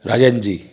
Rajan ji